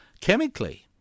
chemically